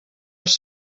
els